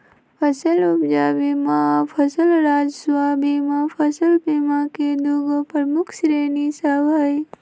फसल उपजा बीमा आऽ फसल राजस्व बीमा फसल बीमा के दूगो प्रमुख श्रेणि सभ हइ